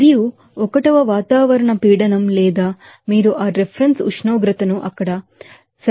మరియు 1 atmospheric pressureవాతావరణ పీడనం లేదా మీరు ఆ రిఫరెన్స్ ఉష్ణోగ్రతను అక్కడ 73